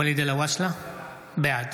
(קורא בשם חבר הכנסת) ואליד אלהואשלה, בעד